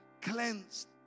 cleansed